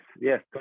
yes